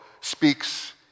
speaks